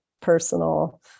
personal